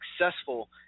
successful